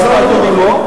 עזוב תעזוב עמו.